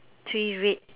three red